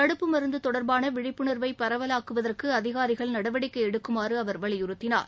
தடுப்பு மருந்து தொடர்பான விழிப்புணர்வை பரவலாக்குவதற்கு அதிகாரிகள் நடவடிக்கை எடுக்குமாறு அவர் வலியுறுத்தினார்